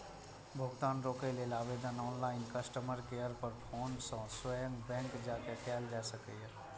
भुगतान रोकै लेल आवेदन ऑनलाइन, कस्टमर केयर पर फोन सं स्वयं बैंक जाके कैल जा सकैए